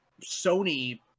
Sony